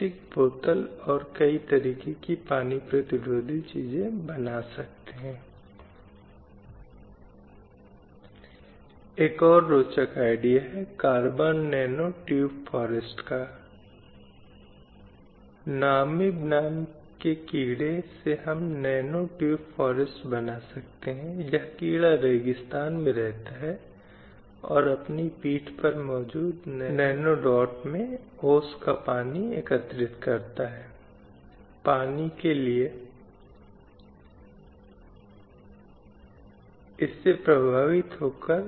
यह बहुत से लोगों या बहुत सी महिलाओं को गरीब और बहिष्कृत रखता है इसलिए अब समाज में विद्यमान असमानता को समाप्त करने या इस भेदभाव पूर्ण प्रथाओं को समाप्त करने की जिम्मेदारी राज्य की है और इस राज्य की सभी संस्थाओं को इस समस्या से निपटने में सक्षम होना चाहिए जो वहां है और उन्हें यह देखना होगा कि अधिक से अधिक महिलाएं प्रक्रिया का हिस्सा हैं और वे निर्णय लेने में प्रभाव बनाने में सक्षम हैं और महिलाओं के लिए यह अधिकार के क्षेत्र में प्रभाव बनाने में सक्षम हैं